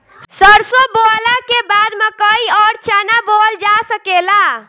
सरसों बोअला के बाद मकई अउर चना बोअल जा सकेला